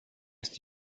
ist